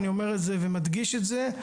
אני אומר את זה ומדגיש את זה.